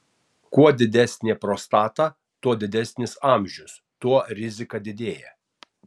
kuo didesnė prostata kuo didesnis amžius tuo rizika didėja